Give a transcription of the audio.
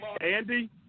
Andy